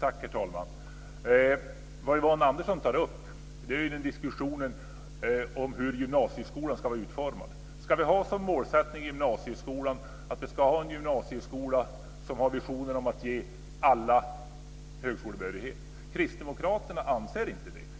Herr talman! Vad Yvonne Andersson tar upp är diskussionen om hur gymnasieskolan ska vara utformad. Ska vi ha som målsättning att vi ska ha en gymnasieskola som har visioner om att ge alla högskolebehörighet? Kristdemokraterna anser inte det.